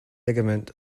ligament